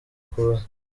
kuza